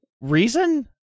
reason